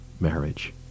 marriage